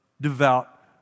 devout